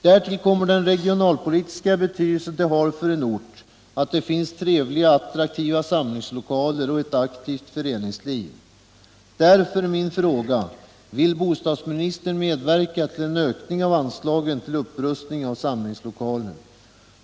Därtill kommer den regionalpolitiska betydelse det har för en ort att det finns trevliga, attraktiva samlingslokaler och ett aktivt föreningsliv. Därför är min fråga: Vill bostadsministern medverka till ökning av anslagen till upprustning av samlingslokaler?